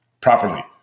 properly